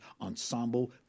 ensemble